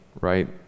right